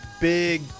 big